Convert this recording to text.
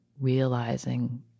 realizing